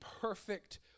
perfect